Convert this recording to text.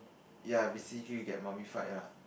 ya basically you get mummified lah